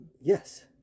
Yes